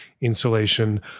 insulation